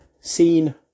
seen